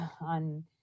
on